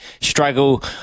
struggle